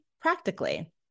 practically